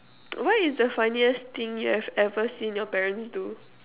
what is the funniest thing you have ever seen your parents do